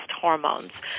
hormones